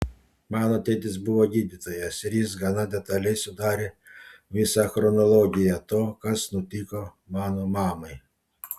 mano tėtis buvo gydytojas ir jis gana detaliai sudarė visą chronologiją to kas nutiko mano mamai